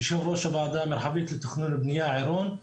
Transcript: יושב ראש הוועדה המרחבית לתכנון ובנייה עירון.